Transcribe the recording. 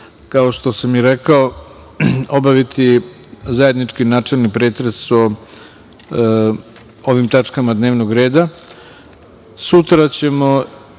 kao što sam i rekao obaviti zajednički načelni pretres o ovim tačkama dnevnog reda. Sutra ćemo